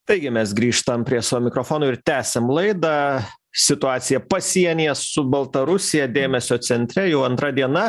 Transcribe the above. taigi mes grįžtam prie savo mikrofonų ir tęsiam laidą situacija pasienyje su baltarusija dėmesio centre jau antra diena